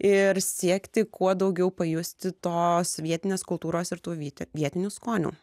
ir siekti kuo daugiau pajusti tos vietinės kultūros ir tų vietinių skonių